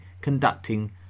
conducting